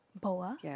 boa